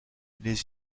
les